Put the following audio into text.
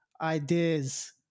ideas